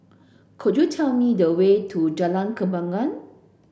could you tell me the way to Jalan Kembangan